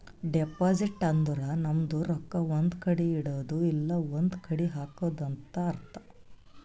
deposit ಅಂದುರ್ ನಮ್ದು ರೊಕ್ಕಾ ಒಂದ್ ಕಡಿ ಇಡದ್ದು ಇಲ್ಲಾ ಒಂದ್ ಕಡಿ ಹಾಕದು ಅಂತ್ ಅರ್ಥ